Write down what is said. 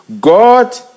God